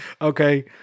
Okay